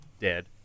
dead